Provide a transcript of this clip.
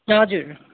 हजुर